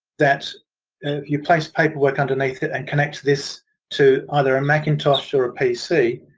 that you place paperwork underneath it and connect this to either and macintosh or a pc.